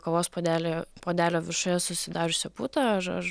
kavos puodelio puodelio viršuje susidariusią putą ar ar